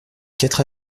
quatre